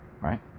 right